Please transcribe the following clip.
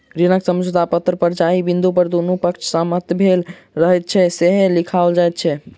ऋण समझौता पत्र पर जाहि बिन्दु पर दुनू पक्षक सहमति भेल रहैत छै, से लिखाओल जाइत छै